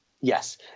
Yes